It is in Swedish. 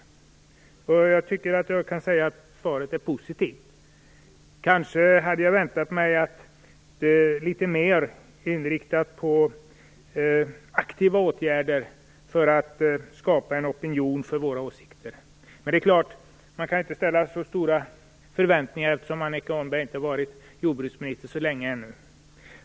Jag tycker att svaret är positivt. Kanske hade jag väntat mig litet mer av aktiva åtgärder i syfte att skapa en opinion för våra åsikter, men man kan inte ha så höga förväntningar, eftersom Annika Åhnberg ännu inte har varit jordbruksminister så länge.